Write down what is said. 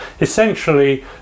essentially